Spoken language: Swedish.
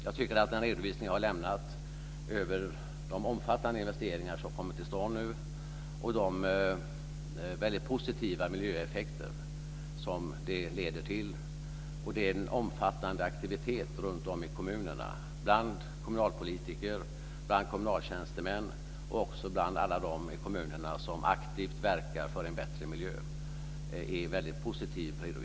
Jag tycker att den redovisning som jag har lämnat över de omfattande investeringar som nu kommer till stånd och de väldigt positiva miljöeffekter som de leder till - och det är en omfattande aktivitet runtom i kommunerna, bland kommunalpolitiker, bland kommunaltjänstemän och också bland alla de människor i kommunerna som aktivt verkar för en bättre miljö - är väldigt positiv.